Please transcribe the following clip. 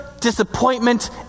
disappointment